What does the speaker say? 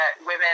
women